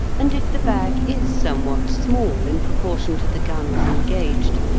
and if the bag is somewhat small in proportion to the guns engaged,